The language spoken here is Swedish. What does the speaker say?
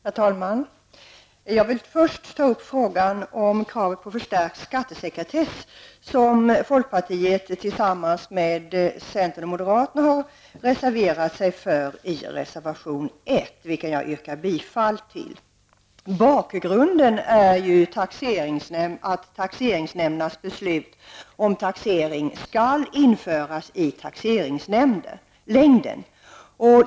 Herr talman! Jag vill först ta upp frågan om kravet på förstärkt skattesekretess som folkpartiet tillsammans med centern och moderaterna har reserverat sig för i reservation nr 1, vilken jag yrkar bifall till. Bakgrunden är att taxeringsnämndernas beslut om taxering skall införas i taxeringslängden.